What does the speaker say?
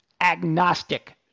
agnostic